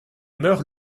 meurt